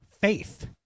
faith